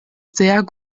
sehr